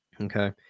Okay